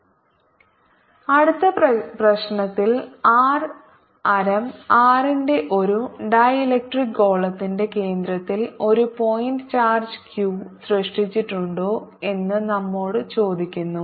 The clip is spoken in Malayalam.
rr Pr3 14π0 r3× 4π3R3P P30 slide സമയം കാണുക 1500 അടുത്ത പ്രശ്നത്തിൽ ആർ ആരം R ന്റെ ഒരു ഡീലക്ട്രിക് ഗോളത്തിന്റെ കേന്ദ്രത്തിൽ ഒരു പോയിൻറ് ചാർജ് q സൂക്ഷിച്ചിട്ടുണ്ടോ എന്ന് നമ്മോട് ചോദിക്കുന്നു